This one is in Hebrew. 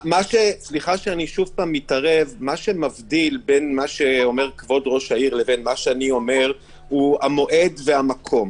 מה שמבדיל בין מה שאומר כבוד ראש העיר למה שאני אומר זה המועד והמקום.